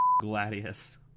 gladius